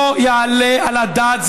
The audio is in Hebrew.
לא יעלה על הדעת.